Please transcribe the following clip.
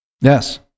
Yes